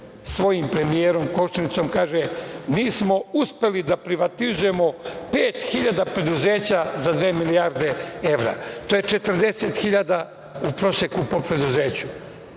svojim premijerom Koštunicom i kaže – mi smo uspeli da privatizujemo 5.000 preduzeća za dve milijarde evra. To je 40.000 u proseku po preduzeću.